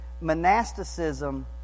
monasticism